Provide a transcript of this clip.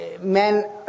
Men